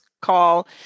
call